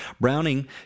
Browning